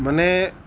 મને